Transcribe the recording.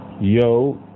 Yo